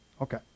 Okay